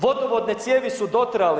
Vodovodne cijevi su dotrajali.